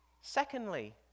Secondly